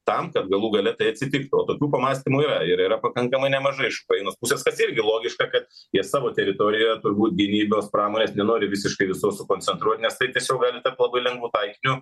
tam kad galų gale tai atsitiktų o tokių pamąstymų yra ir yra pakankamai nemažai iš ukrainos pusės kas irgi logiška kad jie savo teritorijoje turbūt gynybios pramonės nenori visiškai visos sukoncentruot nes tai tiesiog gali tapt labai lengvu taikiniu